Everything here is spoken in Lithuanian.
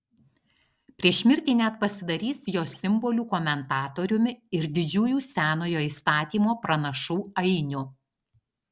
prieš mirtį net pasidarys jos simbolių komentatoriumi ir didžiųjų senojo įstatymo pranašų ainiu